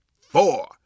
four